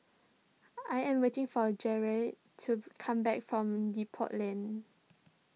I am waiting for Jarret to come back from Depot Lane